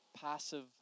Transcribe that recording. passive